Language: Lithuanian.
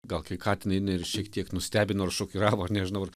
gal kai ką tinai ir šiek tiek nustebino ir šokiravo nežinau ar